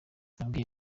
nabwiye